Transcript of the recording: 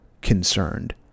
concerned